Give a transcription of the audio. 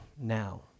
now